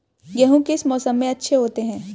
गेहूँ किस मौसम में अच्छे होते हैं?